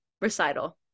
recital